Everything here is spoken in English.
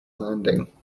landing